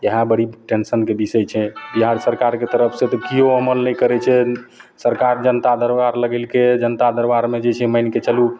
इएह बड़ी टेन्शनके विषय छै बिहार सरकारके तरफसे तऽ केओ अमल नहि करै छै सरकार जनता दरबार लगेलकै जनता दरबारमे जे छै मानिके चलू